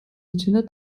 içinde